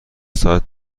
ساعت